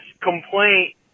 complaint